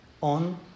on